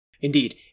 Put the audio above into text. Indeed